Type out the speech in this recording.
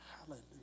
hallelujah